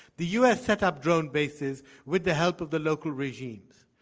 the u. s. set up drone bases with the help of the local regime,